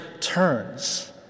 turns